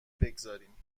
بگذاریم